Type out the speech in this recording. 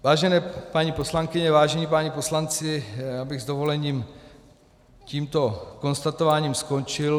Vážené paní poslankyně, vážení páni poslanci, já bych s dovolením tímto konstatováním skončil.